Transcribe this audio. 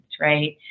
right